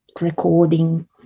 recording